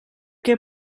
que